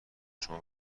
شما